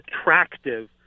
attractive